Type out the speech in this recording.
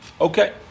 Okay